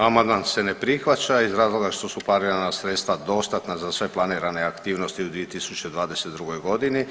Amandman se ne prihvaća iz razloga što su planirana sredstva dostatna za sve planirane aktivnosti u 2022. godini.